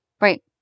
Right